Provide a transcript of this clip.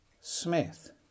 Smith